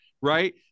Right